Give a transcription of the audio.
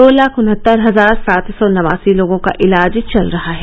दो लाख उन्हत्तर हजार सात सौ नवासी लोगों का इलाज चल रहा है